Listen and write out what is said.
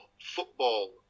football